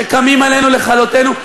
שקמים עלינו לכלותנו,